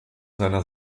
seiner